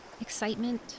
excitement